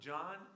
John